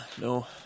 no